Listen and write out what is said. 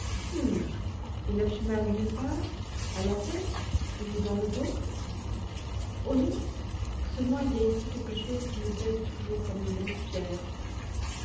et n'as-tu mal nulle part à la tête ou dans le dos oh non seulement il y a ici quelque chose qui me pèse toujours comme une grosse pierre